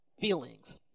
feelings